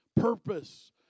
purpose